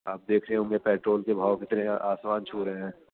آپ دیکھ رہے ہوں گے پیٹرول کے بھاؤ کتنے آسمان چھو رہے ہیں